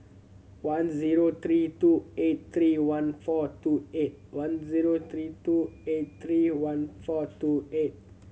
one zero three two eight three one four two eight one zero three two eight three one four two eight